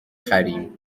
خریم